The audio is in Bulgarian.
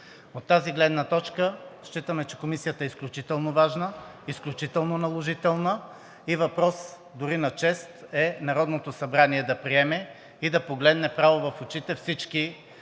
От тази гледна точка считаме, че Комисията е изключително важна, изключително наложителна и въпрос дори на чест е Народното събрание да приеме и да погледне право в очите всички